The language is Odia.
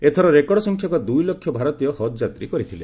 ଏଥର ରେକର୍ଡ ସଂଖ୍ୟକ ଦୂଇ ଲକ୍ଷ ଭାରତୀୟ ହଜ୍ ଯାତ୍ରୀ କରିଥିଲେ